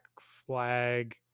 flag